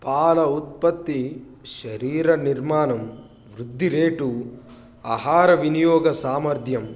పాల ఉత్పత్తి శరీరనిర్మాణం వృద్ధి రేటు ఆహార వినియోగ సామర్థ్యం